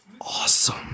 awesome